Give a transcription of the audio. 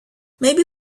maybe